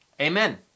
Amen